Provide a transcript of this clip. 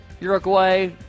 Uruguay